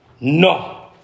No